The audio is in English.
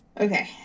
Okay